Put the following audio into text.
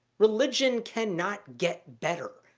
religion cannot get better.